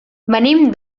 venim